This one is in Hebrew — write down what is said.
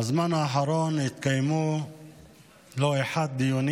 בזמן האחרון התקיימו לא אחת דיונים